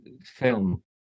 film